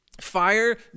Fire